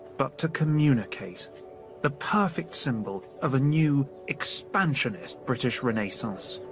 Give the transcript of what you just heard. but to communicate the perfect symbol of a new, expansionist british renaissance.